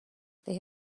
they